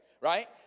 right